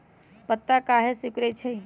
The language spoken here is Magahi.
पत्ता काहे सिकुड़े छई?